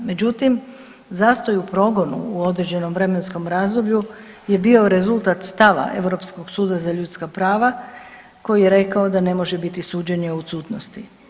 Međutim, zastoj u progonu u određenom vremenskom razdoblju je bio rezultat stava Europskog suda za ljudska prava koji je rekao da ne može biti suđenje u odsutnosti.